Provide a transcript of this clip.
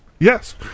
Yes